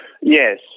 Yes